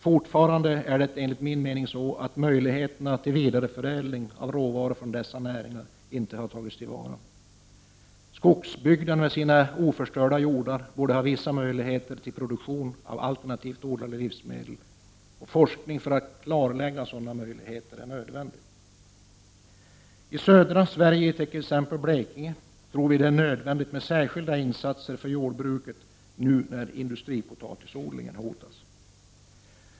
Fortfarande är det enligt min mening så att möjligheterna till vidareförädling av råvaror från dessa näringar inte tagits tillvara. Skogsbygden med sina oförstörda jordar borde ha vissa möjligheter till produktion av alternativt odlade livsmedel. Forskning för att klarlägga sådana möjligheter är nödvändig. För södra Sverige, t.ex. Blekinge, tror vi det är nödvändigt med särskilda insatser för jordbruket nu när industripotatisodlingen hotas.